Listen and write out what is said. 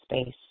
space